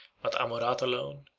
but amurath alone,